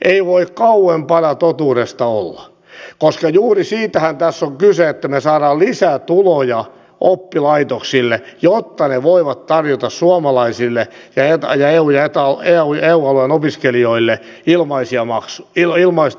ei voi kauempana totuudesta olla koska juuri siitähän tässä on kyse että me saamme lisää tuloja oppilaitoksille jotta ne voivat tarjota suomalaisille ja eu ja eta alueen opiskelijoille ilmaista opetusta